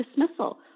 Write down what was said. dismissal